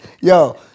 Yo